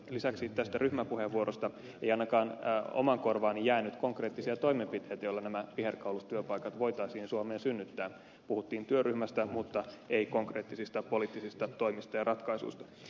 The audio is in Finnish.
lisäksi tästä ryhmäpuheenvuorosta ei ainakaan omaan korvaani jäänyt konkreettisia toimenpiteitä joilla nämä viherkaulustyöpaikat voitaisiin suomeen synnyttää puhuttiin työryhmästä mutta ei konkreettisista poliittisista toimista ja ratkaisuista